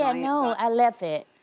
ah no, i left it.